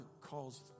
calls